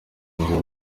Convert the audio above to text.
nzi